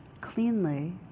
cleanly